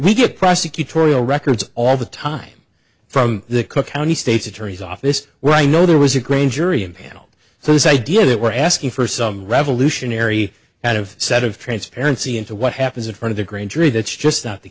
we get prosecutorial records all the time from the cook county state's attorney's office where i know there was a grain jury impaneled so this idea that we're asking for some revolutionary out of set of transparency into what happens at one of the grand jury that's just not the